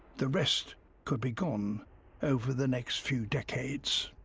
the rest could be gone over the next few decades.